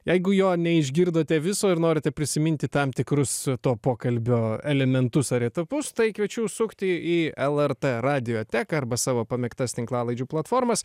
jeigu jo neišgirdote viso ir norite prisiminti tam tikrus to pokalbio elementus ar etapus tai kviečiu užsukti į el er t radioteką arba savo pamėgtas tinklalaidžių platformas